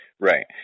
Right